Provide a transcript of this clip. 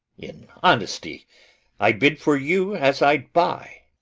in honesty i bid for you as i'd buy.